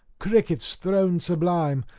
crickets throned sublime,